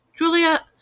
Julia